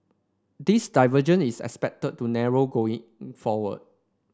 this divergence is expected to narrow going forward